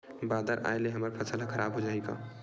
बादर आय ले हमर फसल ह खराब हो जाहि का?